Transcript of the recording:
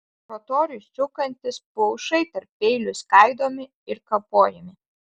rotoriui sukantis plaušai tarp peilių skaidomi ir kapojami